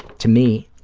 to me,